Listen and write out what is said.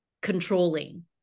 controlling